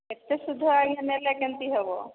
ଏତେ ସୁଧ ଆଜ୍ଞା ନେଲେ କେମିତି ହବ